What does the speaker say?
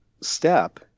step